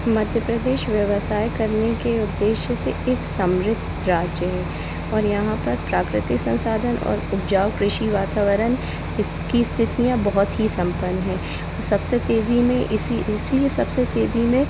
मध्य प्रदेश व्यवसाय करने के उद्देश्य से एक समृद्ध राज्य है और यहाँ पर प्राकृतिक संसाधन और उपजाऊ कृषि वातावरण इसकी स्थितियां बहुत ही सम्पन्न हैं सबसे तेज़ी में इसी इसलिए सबसे तेज़ी में